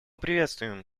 приветствуем